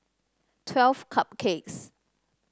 Twelve Cupcakes